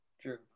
True